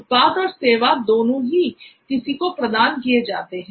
उत्पाद और सेवा दोनों ही किसी को प्रदान किए जाते हैं